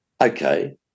okay